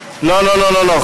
לא, לא, לא.